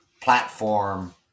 platform